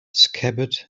scabbard